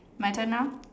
my turn now